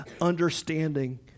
understanding